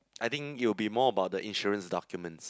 I think it will be more about the insurance documents